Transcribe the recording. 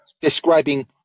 Describing